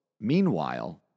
Meanwhile